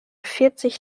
vierzig